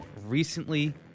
recently